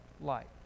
light